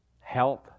health